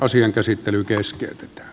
asian käsittely keskeytetään